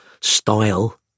style